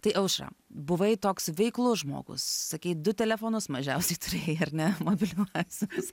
tai aušra buvai toks veiklus žmogus sakei du telefonus mažiausiai turėjai ar ne mobiliuosius